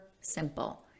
simple